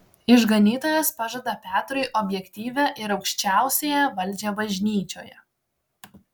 išganytojas pažada petrui objektyvią ir aukščiausiąją valdžią bažnyčioje